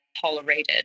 tolerated